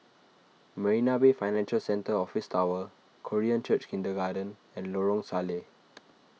Marina Bay Financial Centre Office Tower Korean Church Kindergarten and Lorong Salleh